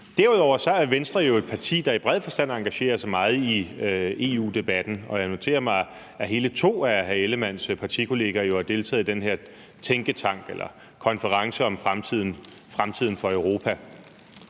Derudover er Venstre jo et parti, der i bred forstand engagerer sig meget i EU-debatten, og jeg noterer mig, at hele to af hr. Jakob Ellemann-Jensens partikollegaer har deltaget i den her tænketank eller konference om fremtiden for Europa.